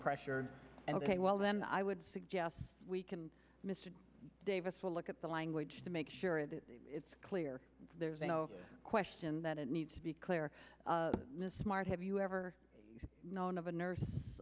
pressured and ok well then i would suggest we can mr davis will look at the language to make sure that it's clear there's no question that it needs to be clear miss smart have you ever known of a nurse